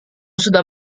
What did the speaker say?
sudah